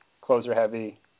closer-heavy